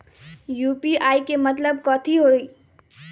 UPI के मतलब कथी होई?